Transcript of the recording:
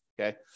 Okay